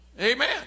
Amen